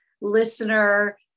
listener